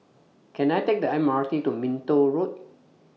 Can I Take The M R T to Minto Road